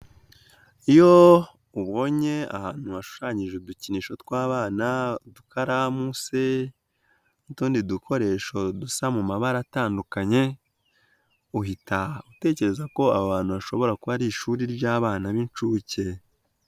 Iyo ubonye ahantu washushanyije udukinisho tw'abana, udukaramu se n'utundi dukoresho dusa mu mabara atandukanye, uhita utekereza ko aho hantu hashobora kuba hari ishuri ry'abana b'inshuke.